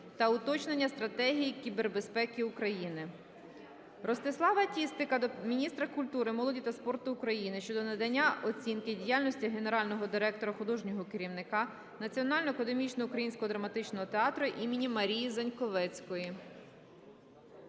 та уточнення Стратегії кібербезпеки України. Ростислава Тістика до міністра культури, молоді та спорту України щодо надання оцінки діяльності генерального директора - художнього керівника Національного академічного українського драматичного театру імені Марії Заньковецької.